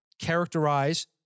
characterize